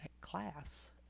class